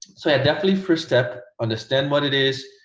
so yeah definitely first step understand what it is,